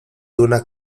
unas